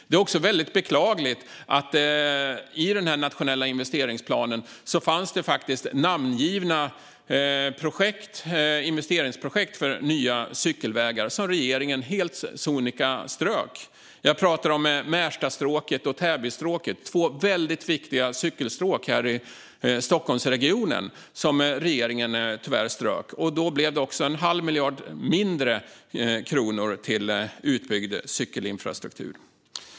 Det är också mycket beklagligt att det i den nationella investeringsplanen faktiskt fanns namngivna investeringsprojekt för nya cykelvägar som regeringen helt sonika strök. Jag talar om Märstastråket och Täbystråket, två mycket viktiga cykelstråk här i Stockholmsregionen som regeringen tyvärr strök. Då blev det också en halv miljard kronor mindre till utbyggd cykelinfrastruktur.